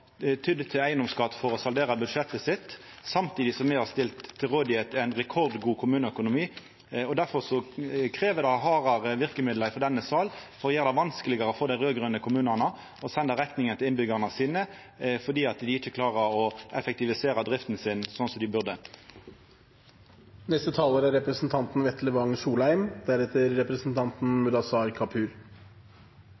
tydd til eigedomsskatt for å saldera budsjettet sitt, samtidig som me har stilt til rådvelde ein rekordgod kommuneøkonomi. Difor krev det hardare verkemiddel frå denne sal for å gjera det vanskelegare for dei raud-grøne kommunane å senda rekninga til innbyggjarane sine fordi dei ikkje klarer å effektivisera drifta si slik dei